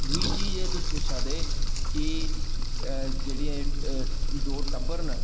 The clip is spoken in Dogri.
दूई चीज़ तुस एह् पुच्छा दे कि जेह्ड़ियां दो टब्बर न ठीक ऐ